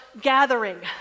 gathering